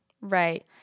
right